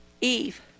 Eve